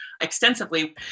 extensively